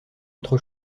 autre